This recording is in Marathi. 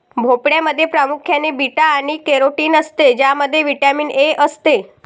भोपळ्यामध्ये प्रामुख्याने बीटा आणि कॅरोटीन असते ज्यामध्ये व्हिटॅमिन ए असते